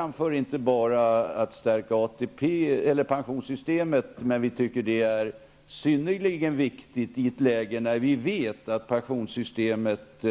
Vi är inte enbart ute efter att stärka pensionssystemet, men vi anser detta vara synnerligen viktigt i och med att man vet att pensionssystemet